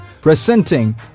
Presenting